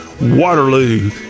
Waterloo